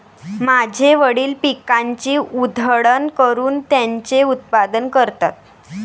माझे वडील पिकाची उधळण करून त्याचे उत्पादन करतात